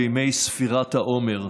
בימי ספירת העומר,